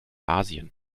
asien